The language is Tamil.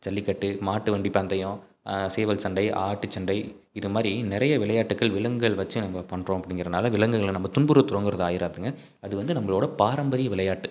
ஜல்லிக்கட்டு மாட்டு வண்டி பந்தயம் சேவல் சண்டை ஆட்டு சந்தை இது மாதிரி நிறைய விளையாட்டுகள் விலங்குகள் வச்சி நம்ம பண்ணுறோம் அப்படிங்கிறதுனால விலங்குகளை நம்ம துன்புறுத்துறோங்கிறது ஆகிறாதுங்க அது வந்து நம்மளோட பாரம்பரிய விளையாட்டு